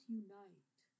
unite